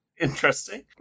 Interesting